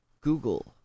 Google